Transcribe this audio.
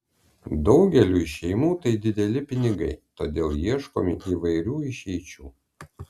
daugeliui šeimų tai dideli pinigai todėl ieškome įvairių išeičių